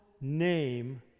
name